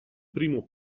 primo